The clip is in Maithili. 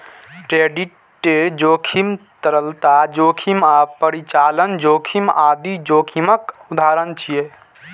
क्रेडिट जोखिम, तरलता जोखिम आ परिचालन जोखिम आदि जोखिमक उदाहरण छियै